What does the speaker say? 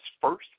first